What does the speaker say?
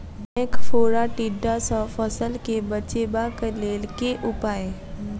ऐंख फोड़ा टिड्डा सँ फसल केँ बचेबाक लेल केँ उपाय?